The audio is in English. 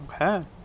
Okay